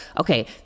okay